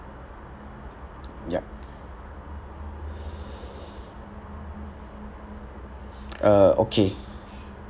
yup uh okay